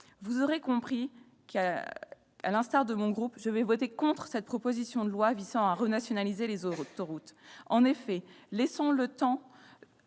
vous l'aurez compris, à l'instar de mon groupe, je voterai contre cette proposition de loi visant à renationaliser les autoroutes. Laissons le temps